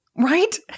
Right